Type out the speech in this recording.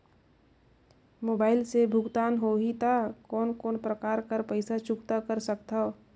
Mobile से भुगतान होहि त कोन कोन प्रकार कर पईसा चुकता कर सकथव?